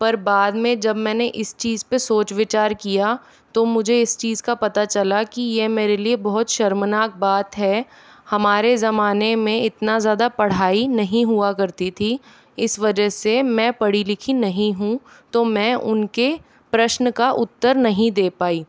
पर बाद में जब मैंने इस चीज़ पर सोच विचार किया तो मुझे इस चीज़ का पता चला कि ये मेरे लिए बहुत शर्मनाक बात है हमारे ज़माने में इतना ज्यादा पढ़ाई लिखाई नहीं हुआ करती थी इस वजह से मैं पढ़ी लिखी नही हूँ तो मैं उनके प्रश्न का उत्तर नहीं दे पाई